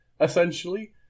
essentially